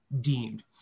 deemed